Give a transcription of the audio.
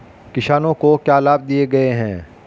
किसानों को क्या लाभ दिए गए हैं?